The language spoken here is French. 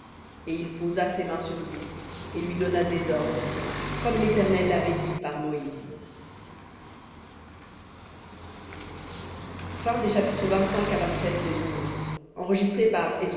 et il posa ses mains sur lui et lui donna des ordres comme l'éternel l'avait dit par moïse v